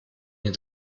mir